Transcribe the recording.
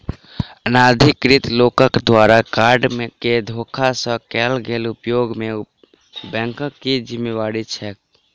अनाधिकृत लोकक द्वारा कार्ड केँ धोखा सँ कैल गेल उपयोग मे बैंकक की जिम्मेवारी छैक?